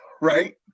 right